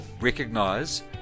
recognise